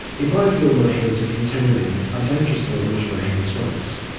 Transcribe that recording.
if i feel my hands are contaminated, i don't just go and wash my hands once,